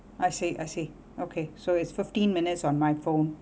I see see okay so it's fifteen minutes on my phone